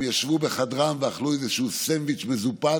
הם ישבו בחדרם ואכלו איזשהו סנדוויץ' מזופת,